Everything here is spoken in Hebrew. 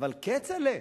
אבל כצל'ה,